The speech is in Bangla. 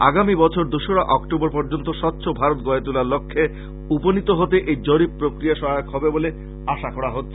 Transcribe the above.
আগামী বছর দোসরা অক্টোবর পর্যন্ত স্বচ্ছ ভারত গড়ে তোলার লক্ষ্যে উপনীত হতে এই জরীপ প্রক্রিয়া সহায়ক হবে বলে আশা করা হচ্ছে